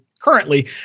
currently